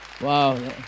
Wow